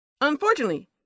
Unfortunately